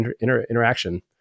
interaction